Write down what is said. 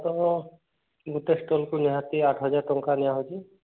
ତ ଗୋଟେ ଷ୍ଟଲ୍କୁ ନିହାତି ଆଠ ହଜାର ଟଙ୍କା ନିଆହେଉଛି